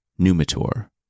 Numitor